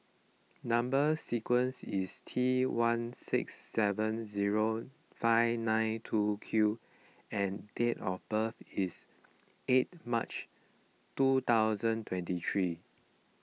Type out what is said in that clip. Number Sequence is T one six seven zero five nine two Q and date of birth is eight March two thousand twenty three